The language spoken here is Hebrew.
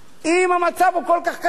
אם המצב כל כך קשה,